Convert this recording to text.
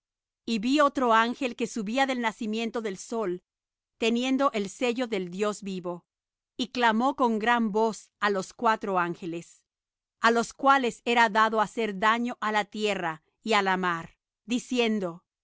y vi otro ángel que subía del nacimiento del sol teniendo el sello del dios vivo y clamó con gran voz á los cuatro ángeles á los cuales era dado hacer daño á la tierra y á la mar diciendo